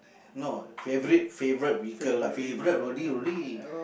no favourite favourite vehicle lah favourite already re~